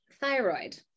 thyroid